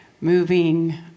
moving